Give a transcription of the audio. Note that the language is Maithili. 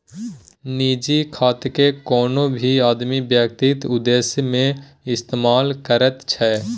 निजी खातेकेँ कोनो भी आदमी व्यक्तिगत उद्देश्य सँ इस्तेमाल करैत छै